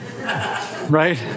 Right